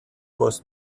was